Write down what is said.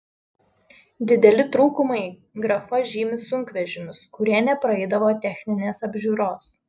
dideli trūkumai grafa žymi sunkvežimius kurie nepraeidavo techninės apžiūros